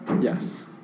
Yes